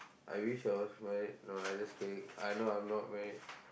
I wish I was married no I just kidding uh no I'm not married